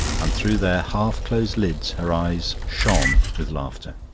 and through their half-closed lids her eyes shone with laughter.